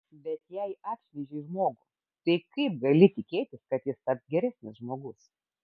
bet jeigu apšmeižei žmogų tai kaip gali tikėtis kad jis taps geresnis žmogus